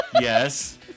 Yes